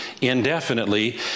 indefinitely